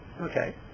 Okay